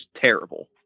terrible